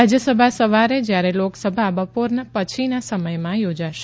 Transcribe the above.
રાજયસભા સવારે જયારે લોકસભા બપોર પછીના સમયમાં યોજાશે